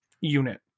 unit